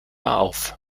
auf